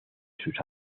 sus